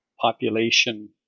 population